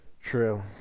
True